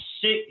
six